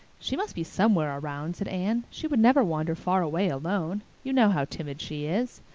she must be somewhere around, said anne. she would never wander far away alone. you know how timid she is.